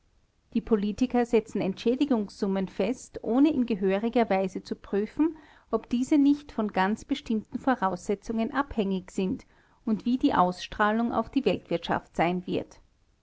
die politiker setzen entschädigungssummen fest ohne in gehöriger weise zu prüfen ob diese nicht von ganz bestimmten voraussetzungen abhängig sind und wie die ausstrahlung auf die weltwirtschaft sein wird